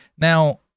Now